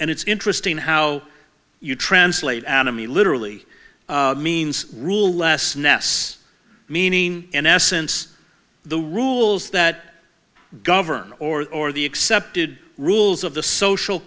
and it's interesting how you translate anime literally means rule less ness meaning in essence the rules that govern or or the accepted rules of the social